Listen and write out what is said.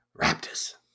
Raptors